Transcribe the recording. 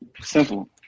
Simple